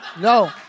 no